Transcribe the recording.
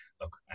look